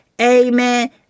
Amen